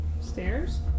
stairs